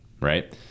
right